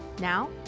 Now